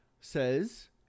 says